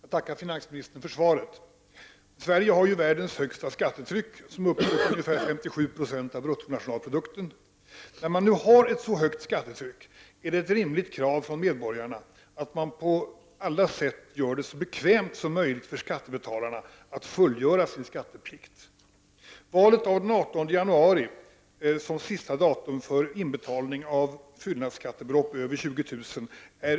Herr talman! Jag tackar finansministern för svaret. Sverige har ju världens högsta skattetryck, som uppgår till ca 57 96 av bruttonationalprodukten. När man har ett så högt skattetryck, är det ett rimligt krav från medborgarna att man på alla sätt gör det så bekvämt som möjligt för skattebetalarna att fullgöra sin skatteplikt. Valet av den 18 januari som sista datum för inbetalning av fyllnadsskattebelopp över 20 000 kr.